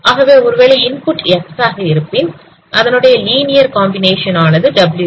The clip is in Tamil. ஆகவே ஒருவேளை இன்புட் x ஆக இருப்பின் அதனுடைய லீனியர் காம்பினேஷன் ஆனது Wx